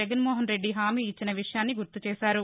జనన్మోహన్రెద్ది హామీ ఇచ్చిన విషయాన్ని గుర్తు చేశారు